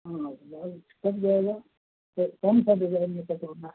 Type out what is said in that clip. हाँ हाँ बहुत अच्छा कट जाएगा पर कौन सा डिजाइन में कटवाना है